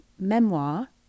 memoir